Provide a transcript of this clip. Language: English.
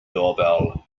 doorbell